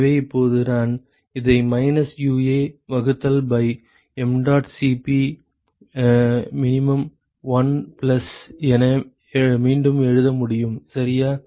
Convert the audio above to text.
எனவே இப்போது நான் இதை மைனஸ் UA வகுத்தல் by mdot Cp min 1 plus என மீண்டும் எழுத முடியும் சரியா